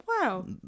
Wow